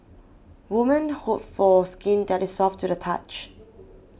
women hope for skin that is soft to the touch